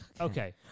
Okay